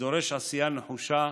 הדורש עשייה נחושה